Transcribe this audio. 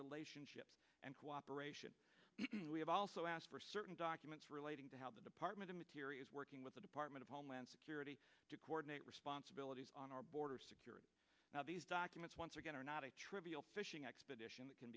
relationship and cooperation we have also asked for certain documents relating to how the department of materials working with the department of homeland security to coordinate responsibilities on our border security now these documents once again are not a trivial fishing expedition that